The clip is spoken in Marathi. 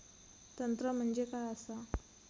तंत्र म्हणजे काय असा?